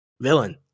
villain